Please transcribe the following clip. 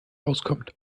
auskommt